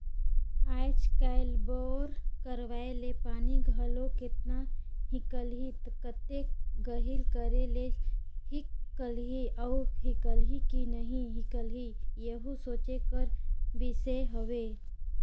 आएज काएल बोर करवाए ले पानी घलो केतना हिकलही, कतेक गहिल करे ले हिकलही अउ हिकलही कि नी हिकलही एहू सोचे कर बिसे हवे